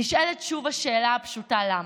נשאלת שוב השאלה הפשוטה: למה?